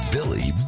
Billy